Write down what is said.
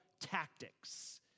tactics